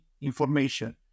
information